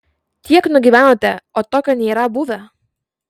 tiek nugyvenote o tokio nėra buvę